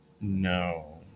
no